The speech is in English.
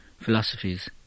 philosophies